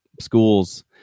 schools